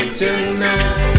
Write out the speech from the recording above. tonight